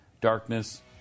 Darkness